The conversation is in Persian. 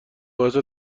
باعث